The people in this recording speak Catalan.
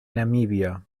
namíbia